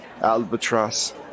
albatross